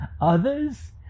others